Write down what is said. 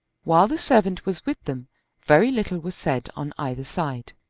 while the servant was with them very little was said on either side.